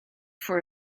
for